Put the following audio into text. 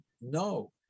no